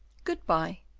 goodbye.